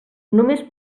només